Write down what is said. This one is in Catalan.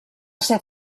ser